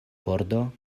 pordo